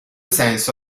senso